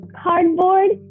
cardboard